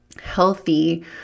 healthy